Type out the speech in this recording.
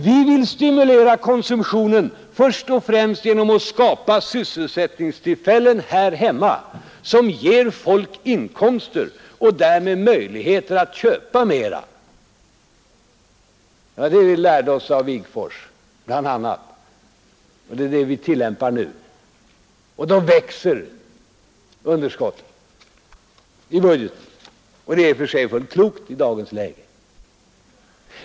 Vi vill stimulera konsumtionen först och främst genom att skapa sysselsättningstillfällen här hemma som ger folk inkomster och därmed möjligheter att köpa mer. Det var bl.a. detta vi lärde oss av Wigforss, och det är det vi tillämpar nu. Då växer budgetunderskottet, och det är i och för sig klokt i dagens läge.